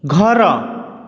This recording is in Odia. ଘର